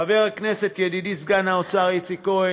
חבר הכנסת ידידי סגן שר האוצר איציק כהן,